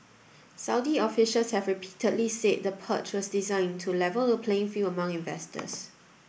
Saudi officials have repeatedly said the purge was designed to level the playing field among investors